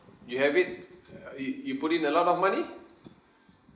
you have it uh you you put in a lot of money